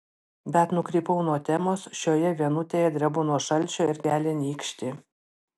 bet nukrypau nuo temos šioje vienutėje drebu nuo šalčio ir gelia nykštį